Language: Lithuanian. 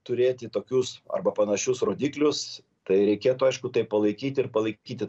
turėti tokius arba panašius rodiklius tai reikėtų aišku tai palaikyti ir palaikyti